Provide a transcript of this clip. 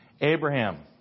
Abraham